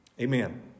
Amen